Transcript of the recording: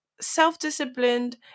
self-disciplined